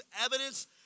evidence